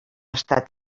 estat